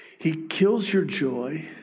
he kills your joy